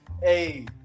Hey